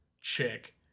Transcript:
chick